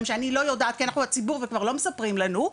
שאני לא יודעת אנחנו הציבור וכבר לא מספרים לנו.